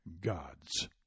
gods